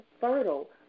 fertile